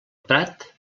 prat